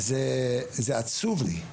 וזה עצוב לי.